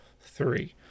three